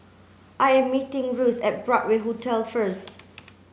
I am meeting Ruth at Broadway Hotel first